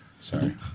Sorry